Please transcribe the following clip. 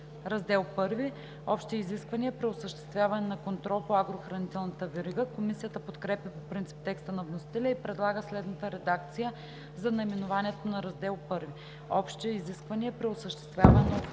„Раздел I – Общи изисквания при осъществяване на контрол по агрохранителната верига“. Комисията подкрепя по принцип текста на вносителя и предлага следната редакция за наименованието на Раздел I: „Общи изисквания при осъществяване на официален контрол и други